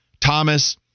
Thomas